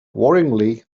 worryingly